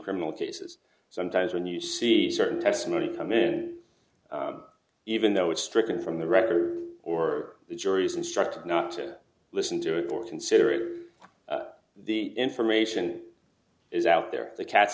criminal cases sometimes when you see certain testimony come in and even though it's stricken from the record or the jury's instructed not to listen to it or consider it the information is out there the cat